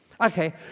Okay